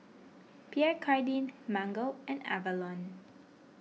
Pierre Cardin Mango and Avalon